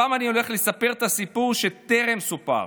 הפעם אני הולך לספר את הסיפור שטרם סופר.